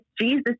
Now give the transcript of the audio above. Jesus